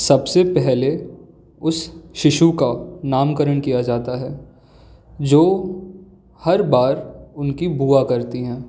सबसे पहले उस शिशु का नामकरण किया जाता है जो हर बार उनकी बुआ करती है